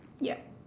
yup